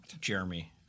Jeremy